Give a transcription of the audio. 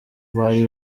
bari